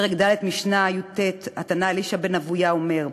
פרק ד', משנה י"ט, התנא אלישע בן אבויה אומר: